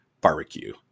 barbecue